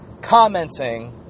commenting